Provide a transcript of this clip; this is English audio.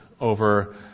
over